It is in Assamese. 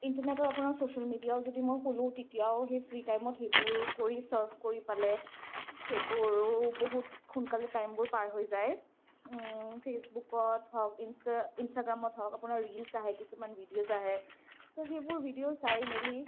ইণ্টাৰনেটৰ আপোনাৰ ছ'চিয়েল মিডিয়াও যদি মই খোলোঁ তেতিয়াও সেই ফ্ৰী টাইমত সেইবোৰ কৰি চাৰ্ফ কৰি পালে সেইবোৰো বহুত সোনকালে টাইমবোৰ পাৰ হৈ যায় ফেচবুকত হওক ইনষ্টা ইনষ্টাগ্ৰামত হওক আপোনাৰ ৰীলছ আহে কিছুমান ভিডিঅ'ছ আহে ছ' সেইবোৰ ভিডিঅ' চাই মেলি